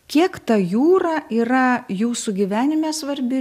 kiek ta jūra yra jūsų gyvenime svarbi